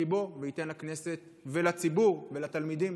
ליבו וייתן לכנסת ולציבור ולתלמידים